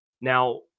Now